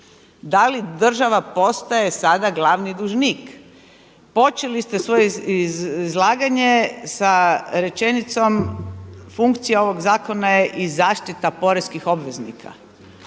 Da li država postaje sada glavni dužnik? Počeli ste svoje izlaganje sa rečenicom, funkcija ovog zakona je i zaštita poreskih obveznika,